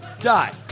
Die